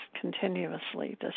continuously